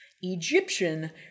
Egyptian